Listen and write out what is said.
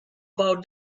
about